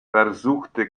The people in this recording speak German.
versuchte